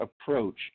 approach